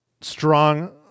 strong